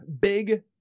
big